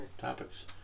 topics